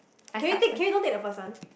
can we take can we don't take the first one